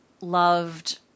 loved